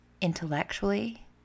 intellectually